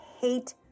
Hate